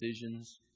decisions